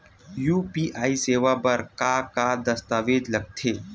UPI सेवा बर का का दस्तावेज लगथे?